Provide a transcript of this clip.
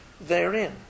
therein